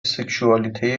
سکشوالیته